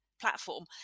platform